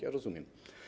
Ja rozumiem.